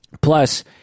Plus